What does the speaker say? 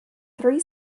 three